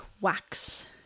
wax